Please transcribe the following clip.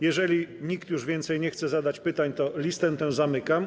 Jeżeli już nikt więcej nie chce zadać pytań, to listę tę zamykam.